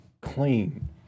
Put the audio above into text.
clean